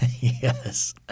Yes